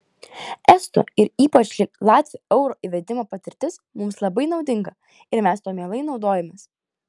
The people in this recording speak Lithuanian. estų ir ypač latvių euro įvedimo patirtis mums labai naudinga ir mes tuo mielai naudojamės